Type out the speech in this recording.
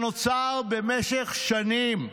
שנוצר במשך שנים,